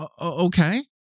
okay